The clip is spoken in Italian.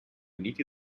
uniti